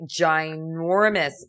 ginormous